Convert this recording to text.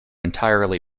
entirely